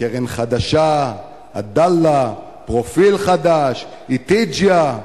"קרן חדשה", "עדאלה", "פרופיל חדש", "איתיג'אה".